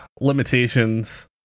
limitations